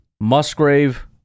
Musgrave